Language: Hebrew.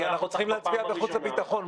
אנחנו צריכים להצביע בחוץ וביטחון.